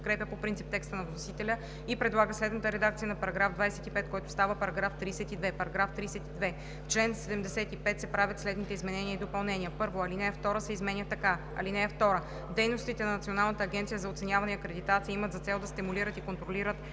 подкрепя по принцип текста на вносителя и предлага следната редакция на § 25, който става § 32: „§ 32. В чл. 75 се правят следните изменения и допълнения: 1. Алинея 2 се изменя така: „(2) Дейностите на Националната агенция за оценяване и акредитация имат за цел да стимулират и контролират